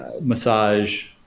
massage